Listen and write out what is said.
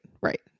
right